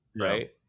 right